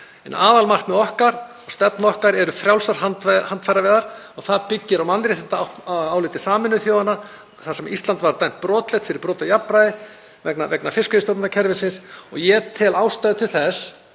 En aðalmarkmið okkar og stefna okkar eru frjálsar handfæraveiðar. Það byggir á mannréttindaáliti Sameinuðu þjóðanna þar sem Ísland var dæmt brotlegt fyrir brot á jafnræði vegna fiskveiðistjórnarkerfisins. Ég tel ástæðu til þess